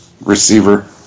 receiver